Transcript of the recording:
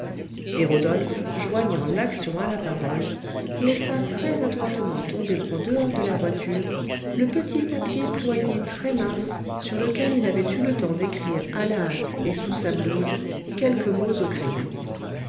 rodolphe joignant l'action à la parole laissa très-adroitement tomber en dehors de la voiture le petit papier ployé très mince sur lequel il avait eu le temps d'écrire à la hâte et sous sa blouse quelques mots au crayon